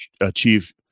achieve